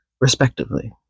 respectively